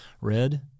red